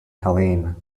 helene